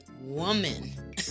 woman